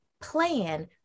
plan